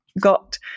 got